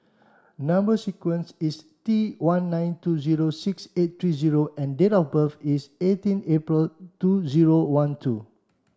number sequence is T one nine two zero six eight three O and date of birth is eighteen April two zero one two